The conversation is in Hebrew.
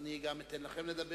אני אתן גם לכם לדבר.